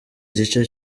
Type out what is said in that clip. gice